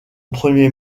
première